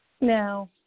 Now